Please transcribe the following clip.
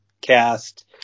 cast